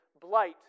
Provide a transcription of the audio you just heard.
blight